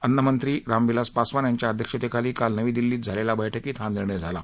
अन्नमंत्री रामविलास पासवान यांच्या अध्यक्षतेखाली काल नवी दिल्ली इथं झालेल्या बैठकीत हा निर्णय झाला